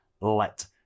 let